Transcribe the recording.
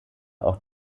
auch